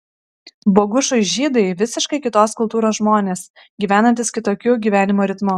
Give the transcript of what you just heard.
bogušui žydai visiškai kitos kultūros žmonės gyvenantys kitokiu gyvenimo ritmu